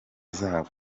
zabo